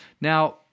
Now